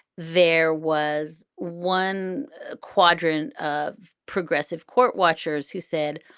there was one quadrant of progressive court watchers who said,